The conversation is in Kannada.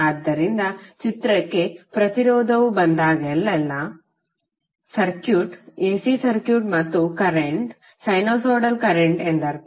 ಆದ್ದರಿಂದ ಚಿತ್ರಕ್ಕೆ ಪ್ರತಿರೋಧವು ಬಂದಾಗಲೆಲ್ಲಾ ಸರ್ಕ್ಯೂಟ್ AC ಸರ್ಕ್ಯೂಟ್ ಮತ್ತು ಕರೆಂಟ್ ಸೈನುಸೈಡಲ್ ಕರೆಂಟ್ ಎಂದರ್ಥ